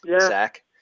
Zach